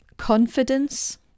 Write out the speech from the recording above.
Confidence